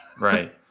Right